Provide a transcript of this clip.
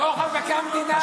דוח מבקר המדינה.